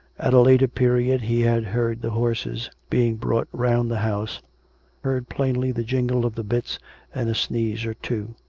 at a later period he had heard the horses being brought round the house heard plainly the jingle of the bits and a sneeze or two.